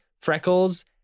freckles